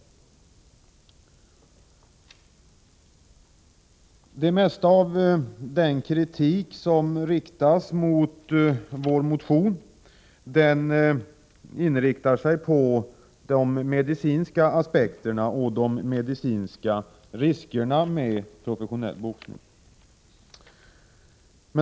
Det mesta av den kritik som riktas mot vår motion gäller de medicinska riskerna med professionell boxning.